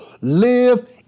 live